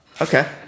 Okay